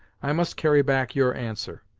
i must carry back your answer,